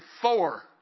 four